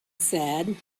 said